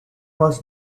was